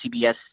CBS